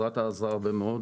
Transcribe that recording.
אז רת"א עזרה הרבה מאוד.